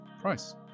price